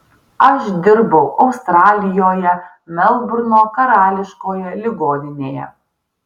aš dirbau australijoje melburno karališkoje ligoninėje